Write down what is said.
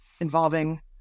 involving